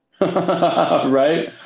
right